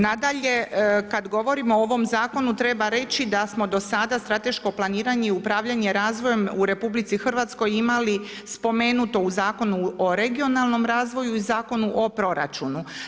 Nadalje, kad govorimo o ovom zakonu treba reći da smo do sada strateško planiranje i upravljanje razvojem u RH imali spomenuto u Zakonu o regionalnom razvoju i Zakonu o proračunu.